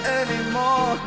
anymore